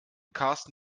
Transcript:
karsten